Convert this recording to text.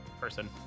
person